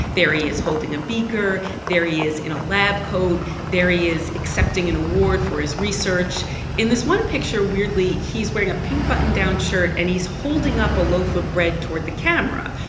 there he is holding a beaker. there he is in a lab coat. there he is accepting an award for his research in this one picture, weirdly, he's wearing a pink button-down shirt, and he's holding up a loaf of bread toward the camera.